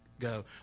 Go